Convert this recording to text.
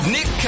Nick